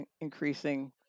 increasing